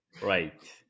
right